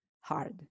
hard